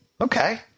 Okay